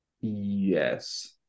Yes